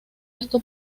esto